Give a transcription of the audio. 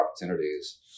opportunities